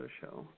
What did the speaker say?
Show